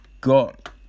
got